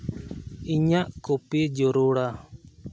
ᱤᱧᱟᱹᱜ ᱠᱚᱯᱷᱤ ᱡᱟᱹᱨᱩᱲᱟ